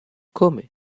come